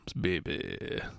baby